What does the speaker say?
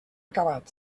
acabat